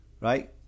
Right